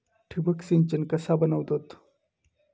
ठिबक सिंचन कसा बनवतत?